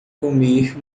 comer